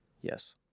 yes